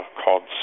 called